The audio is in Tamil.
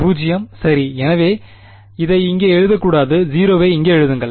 0 சரி எனவே இதை இங்கே எழுதக்கூடாது 0 வை இங்கே எழுதுங்கள்